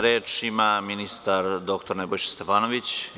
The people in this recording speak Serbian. Reč ima ministar dr Nebojša Stefanović.